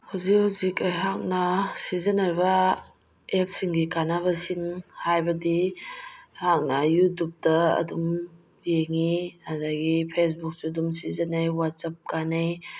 ꯍꯧꯖꯤꯛ ꯍꯧꯖꯤꯛ ꯑꯩꯍꯥꯛꯅ ꯁꯤꯖꯤꯟꯅꯔꯤꯕ ꯑꯦꯞꯁꯤꯡꯒꯤ ꯀꯥꯟꯅꯕꯁꯤꯡ ꯍꯥꯏꯕꯗꯤ ꯑꯩꯍꯥꯛꯅ ꯌꯨꯇꯨꯞꯗ ꯑꯗꯨꯝ ꯌꯦꯡꯉꯦ ꯑꯗꯒꯤ ꯐꯦꯁꯕꯨꯛꯁꯨ ꯑꯗꯨꯝ ꯁꯤꯖꯤꯟꯅꯩ ꯋꯥꯆꯦꯞ ꯀꯥꯟꯅꯩ